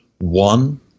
One